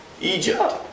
Egypt